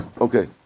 Okay